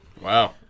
Wow